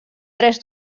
tres